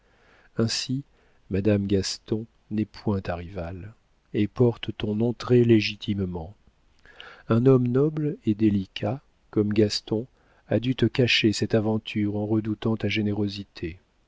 ainsi madame gaston n'est point ta rivale et porte ton nom très légitimement un homme noble et délicat comme gaston a dû te cacher cette aventure en redoutant ta générosité